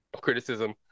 criticism